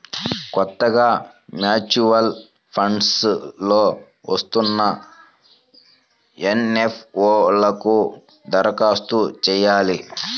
కొత్తగా mutual funds లో వస్తున్న ఎన్.ఎఫ్.ఓ లకు దరఖాస్తు చెయ్యాలి